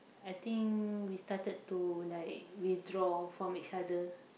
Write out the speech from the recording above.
I think we started to like withdraw from each other